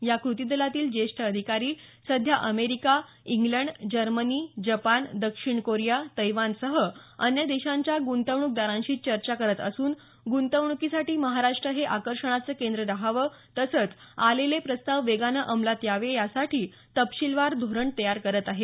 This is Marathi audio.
या कृती दलातील ज्येष्ठ अधिकारी सध्या अमेरिका इंग्लड जर्मनी जपान दक्षिण कोरिया तैवानसह अन्य देशांच्या गुंतवणुकदारांशी चर्चा करत असून गुंतवणुकीसाठी महाराष्ट्र हे आकर्षणाचे केंद्र रहावं तसंच आलेले प्रस्ताव वेगाने अंमलात यावेत यासाठी तपशीलवार धोरण तयार करत आहेत